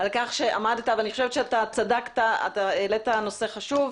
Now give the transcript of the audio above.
אני חושבת שצדקת והעלית נושא חשוב.